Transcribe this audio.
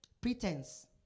Pretense